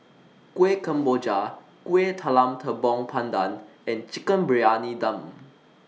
Kueh Kemboja Kueh Talam Tepong Pandan and Chicken Briyani Dum